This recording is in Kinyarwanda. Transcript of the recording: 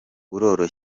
kuko